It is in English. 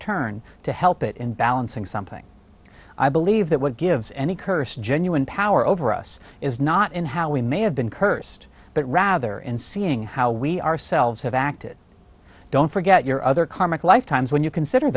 turn to help it in balancing something i believe that would give any curse genuine power over us is not in how we may have been cursed but rather in seeing how we ourselves have acted don't forget your other karmic lifetimes when you consider